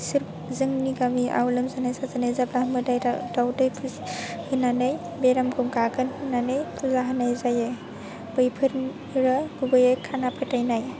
सोरबा जोंनि गामिआव लोमजानाय साजानाय जाब्ला मोदाय दावदाय फुजा होनानै बेरामखौ गागोन होन्नानै फुजा होनाय जायो बेफोरबो गुबैयै खाना फोथायनाय